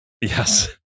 Yes